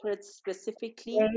specifically